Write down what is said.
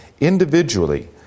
individually